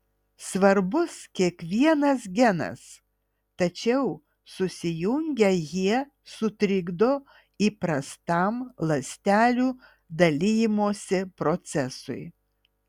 svarbus kiekvienas genas tačiau susijungę jie sutrikdo įprastam ląstelių dalijimosi procesui